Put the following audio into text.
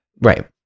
Right